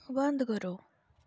बंद करो